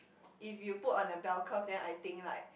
if you put on the bell curve then I think like